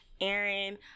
Aaron